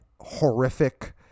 horrific